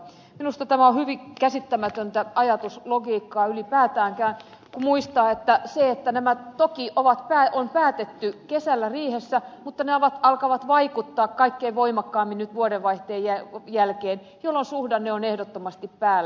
minusta tämä on hyvin käsittämätöntä ajatuslogiikkaa ylipäätään kun muistaa sen että nämä toki on päätetty kesällä riihessä mutta ne alkavat vaikuttaa kaikkein voimakkaimmin nyt vuodenvaihteen jälkeen jolloin suhdanne on ehdottomasti päällä